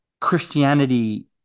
Christianity